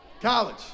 college